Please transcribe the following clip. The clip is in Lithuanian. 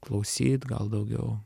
klausyt gal daugiau